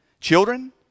Children